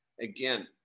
Again